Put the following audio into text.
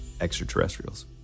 extraterrestrials